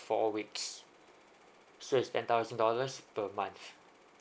four weeks so it's ten thousand dollars per month